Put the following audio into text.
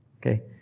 Okay